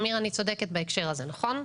עמיר, אני צודקת בהקשר הזה, נכון?